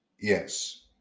Yes